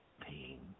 pain